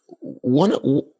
One